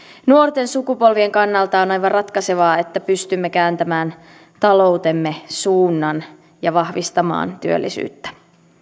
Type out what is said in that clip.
nuorten sukupolvien kannalta on aivan ratkaisevaa että pystymme kääntämään taloutemme suunnan ja vahvistamaan työllisyyttä